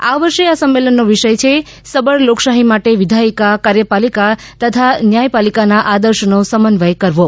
આ વર્ષે આ સંમેલનનો વિષય છે સબળ લોકશાહી માટે વિધાથિકા કાર્યપાલિકા તથા ન્યાથપાલિકાના આદર્શનો સમન્વય કરવો